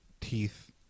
teeth